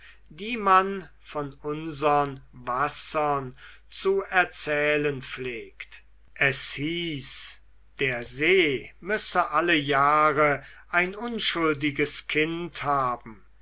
die man von unsern wassern zu erzählen pflegt es hieß der see müsse alle jahre ein unschuldiges kind haben